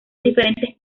diferentes